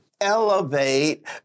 elevate